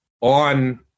on